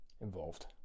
involved